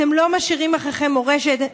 אתם לא משאירים אחריכם מורשת,